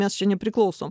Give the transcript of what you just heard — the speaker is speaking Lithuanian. mes čia nepriklausom